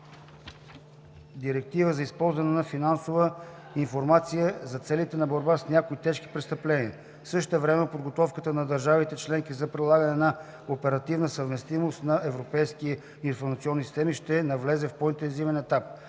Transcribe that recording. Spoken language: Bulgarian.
директива за използване на финансова информация за целите на борбата с някои тежки престъпления. Същевременно подготовката на държавите членки за прилагане на оперативна съвместимост на европейските информационни системи ще навлезе в по-интензивен етап.